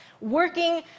working